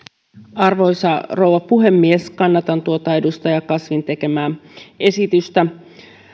arvoisa rouva puhemies kannatan edustaja kasvin tekemää esitystä